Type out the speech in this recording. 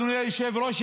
אדוני היושב-ראש,